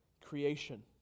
creation